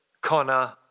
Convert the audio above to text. Connor